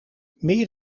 meer